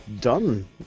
done